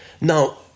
Now